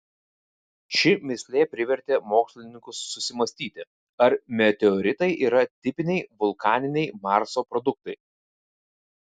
ši mįslė privertė mokslininkus susimąstyti ar meteoritai yra tipiniai vulkaniniai marso produktai